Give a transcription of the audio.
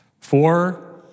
Four